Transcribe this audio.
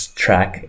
track